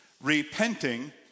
repenting